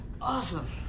Awesome